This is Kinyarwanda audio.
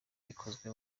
bikozwe